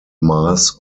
mass